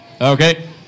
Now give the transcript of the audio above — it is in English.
Okay